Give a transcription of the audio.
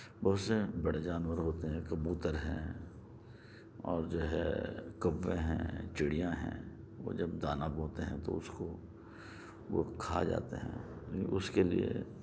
بہت سے بڑے جانور ہوتے ہیں کبوتر ہیں اور جو ہے کوّے ہیں چُڑیاں ہیں وہ جب دانہ بوتے ہیں تو اُس کو وہ کھا جاتے ہیں اُس کے لئے